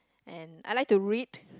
and I like to read